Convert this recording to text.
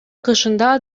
кышында